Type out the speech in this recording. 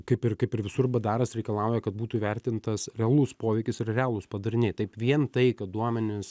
kaip ir kaip ir visur bdaras reikalauja kad būtų įvertintas realus poveikis ir realūs padariniai taip vien tai kad duomenys